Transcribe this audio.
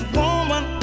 woman